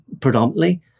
predominantly